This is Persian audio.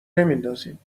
نمیندازیم